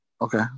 Okay